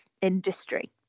industry